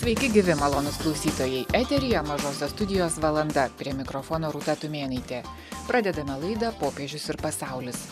sveiki gyvi malonūs klausytojai eteryje mažosios studijos valanda prie mikrofono rūta tumėnaitė pradedame laidą popiežius ir pasaulis